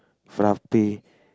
frappe